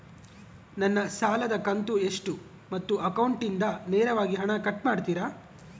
ನನ್ನ ಸಾಲದ ಕಂತು ಎಷ್ಟು ಮತ್ತು ಅಕೌಂಟಿಂದ ನೇರವಾಗಿ ಹಣ ಕಟ್ ಮಾಡ್ತಿರಾ?